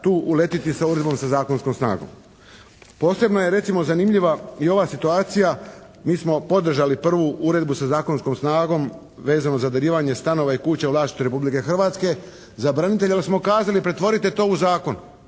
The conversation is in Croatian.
tu uletiti sa uredbom sa zakonskom snagom. Posebno je recimo zanimljiva i ova situacija, mi smo podržali prvu uredbu sa zakonskom snagom vezano za darivanje stanova i kuća u vlasništvu Republike Hrvatske za branitelje, jer smo kazali pretvorite to u zakon.